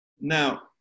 Now